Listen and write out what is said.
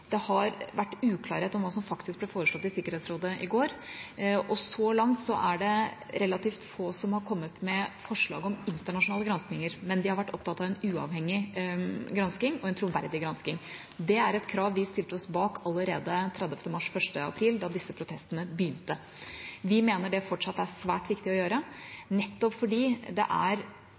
Det har vært uklarhet om hva som faktisk ble foreslått i Sikkerhetsrådet i går, og så langt er det relativt få som har kommet med forslag om internasjonale granskinger, men de har vært opptatt av en uavhengig gransking og en troverdig gransking. Det er et krav vi stilte oss bak allerede 30. mars–1.april, da disse protestene begynte. Vi mener det fortsatt er svært viktig å gjøre, nettopp fordi det,